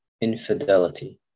infidelity